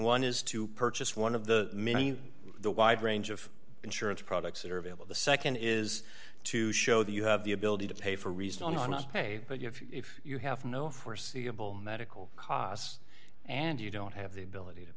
one is to purchase one of the many the wide range of insurance products that are available the nd is to show that you have the ability to pay for reason are not paid but if you have no foreseeable medical costs and you don't have the ability to